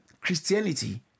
Christianity